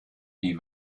wie